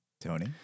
Tony